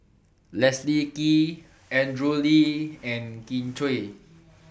Leslie Kee Andrew Lee and Kin Chui